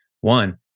One